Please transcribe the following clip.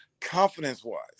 confidence-wise